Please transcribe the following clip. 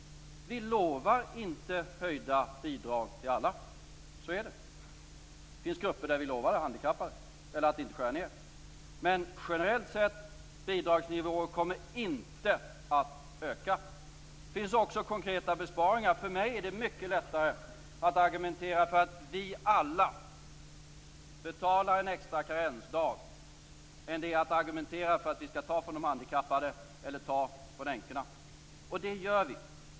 Vi lovar inte höjda bidrag till alla. Så är det. Det finns grupper som vi lovar att inte skära ned bidragen för, de handikappade. Men generellt sett kommer bidragsnivåerna inte att öka. Det finns också konkreta besparingar. För mig är det mycket lättare att argumentera för att vi alla betalar en extra karensdag än det är att argumentera för att vi skall ta från de handikappade eller från änkorna. Det gör vi.